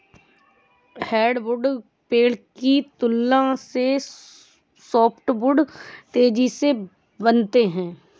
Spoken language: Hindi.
हार्डवुड पेड़ की तुलना में सॉफ्टवुड तेजी से बढ़ते हैं